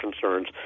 concerns